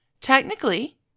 Technically